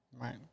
Right